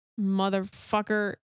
motherfucker